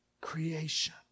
creation